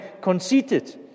conceited